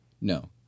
no